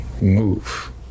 Move